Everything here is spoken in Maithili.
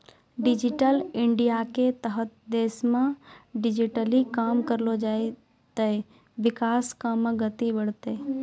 डिजिटल इंडियाके तहत देशमे डिजिटली काम करलो जाय ते विकास काम मे गति बढ़तै